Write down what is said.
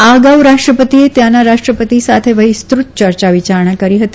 આ અગાઉ રાષ્ટ્રપતિએ ત્યાંના રાષ્ટ્રપતિ સાથે વિસ્તૃત યર્યા વિયારણા કરી હતી